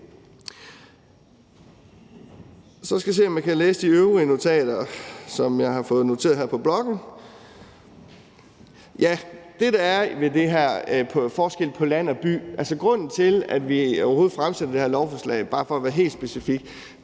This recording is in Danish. Så skal jeg se, om jeg kan læse de øvrige notater, som jeg har her på blokken. Ja, det er det her med forskellen på land og by. Grunden til, at vi overhovedet fremsætter det her lovforslag, bare for at være helt specifik,